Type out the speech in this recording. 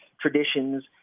traditions